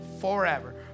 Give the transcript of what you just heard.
forever